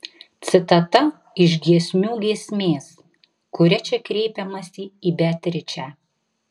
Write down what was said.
citata iš giesmių giesmės kuria čia kreipiamasi į beatričę